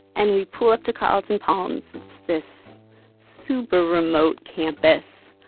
and we pull up to carlton palms. it's this super remote campus.